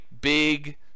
big